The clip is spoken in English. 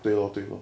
对 lor 对 lor